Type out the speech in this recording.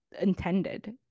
intended